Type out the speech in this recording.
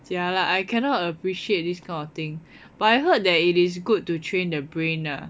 jialat I cannot appreciate this kind of thing but I heard that it is good to train the brain lah